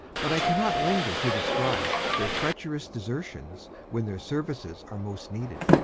but i cannot linger to describe their treacherous desertions when their services are most needed,